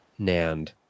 NAND